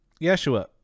Yeshua